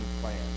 plan